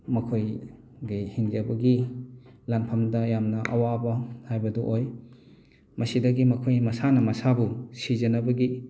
ꯃꯈꯣꯏꯒꯤ ꯍꯤꯡꯖꯕꯒꯤ ꯂꯥꯟꯐꯝꯗ ꯌꯥꯝꯅ ꯑꯋꯥꯕ ꯍꯥꯏꯕꯗꯨ ꯑꯣꯏ ꯃꯁꯤꯗꯒꯤ ꯃꯈꯣꯏ ꯃꯁꯥꯅ ꯃꯁꯥꯕꯨ ꯁꯤꯖꯅꯕꯒꯤ